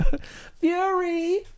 Fury